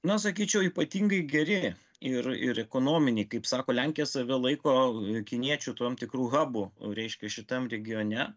na sakyčiau ypatingai geri ir ir ekonominiai kaip sako lenkija save laiko kiniečių tom tikru habu reiškia šitam regione